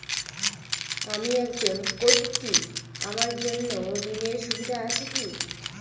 আমি একজন কট্টি আমার জন্য ঋণের সুবিধা আছে কি?